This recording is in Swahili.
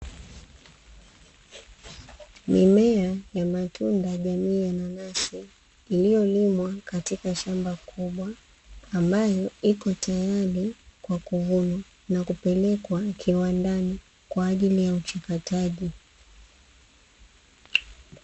Mimea ya matunda jamii ya nanasi, iliyolimwa katika shamba kubwa, ambayo iko tayari kwa kuvunwa, na kupelekwa kiwandani kwa ajili ya uchakataji.